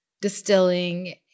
distilling